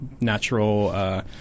natural